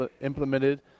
implemented